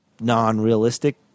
non-realistic